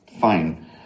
Fine